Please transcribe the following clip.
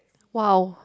!wow!